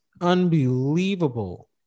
unbelievable